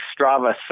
Strava